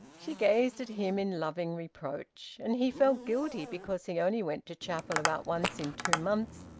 she gazed at him in loving reproach. and he felt guilty because he only went to chapel about once in two months,